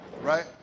Right